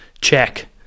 check